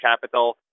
capital